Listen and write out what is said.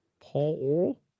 Paul